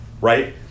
right